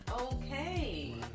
okay